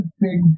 big